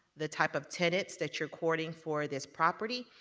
the type of tenants that you're courting for this property,